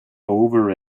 over